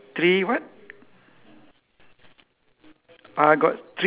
and one bushes ya the green yes correct